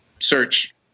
Search